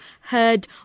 heard